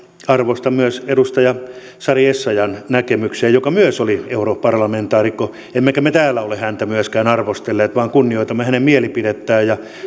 arvostan myös edustaja sari essayahn näkemyksiä joka myös oli europarlamentaarikko emmekä me täällä ole myöskään häntä arvostelleet vaan kunnioitamme hänen mielipidettään ja